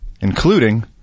including